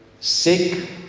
sick